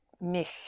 Mich